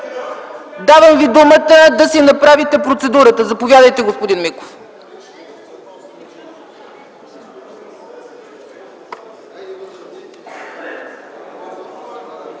Давам Ви думата да си направите процедурата! Заповядайте, господин Миков.